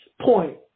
point